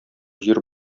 җир